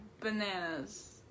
Bananas